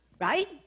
right